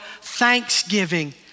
thanksgiving